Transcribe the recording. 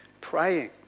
praying